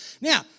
Now